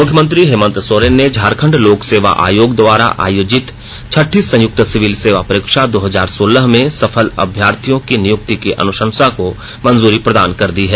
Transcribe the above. मुख्यमंत्री हेमंत सोरेन ने झारखंड लोक सेवा आयोग द्वारा आयोजित छठी संयुक्त सिविल सेवा परीक्षा दो हजार सोलह में सफल अभ्यर्थियों की नियुक्ति की अनुषंसा की मंजूरी प्रदान कर दी है